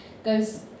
goes